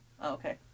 Okay